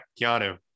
Keanu